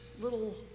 little